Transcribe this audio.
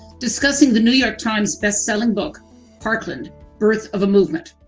discussing the new york times bestselling book parkland birth of a movement.